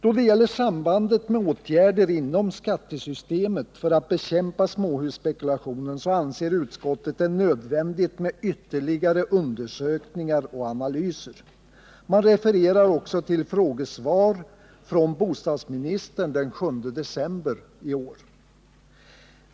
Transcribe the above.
Då det gäller sambandet med åtgärder inom skattesystemet för att bekämpa småhusspekulationen anser utskottet det nödvändigt med ytterligare undersökningar och analyser. Man refererar också till frågesvar från bostadsministern den 7 december i år.